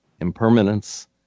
Impermanence